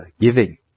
giving